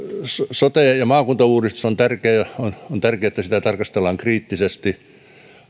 sote ja maakuntauudistus on tärkeä ja on on tärkeää että sitä tarkastellaan kriittisesti